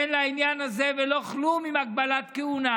ואין לעניין הזה ולא כלום עם הגבלת כהונה.